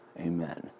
Amen